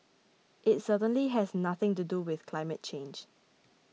it certainly has nothing to do with climate change